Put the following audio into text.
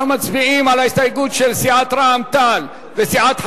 אנחנו מצביעים על ההסתייגות של סיעת רע"ם-תע"ל וסיעת חד"ש.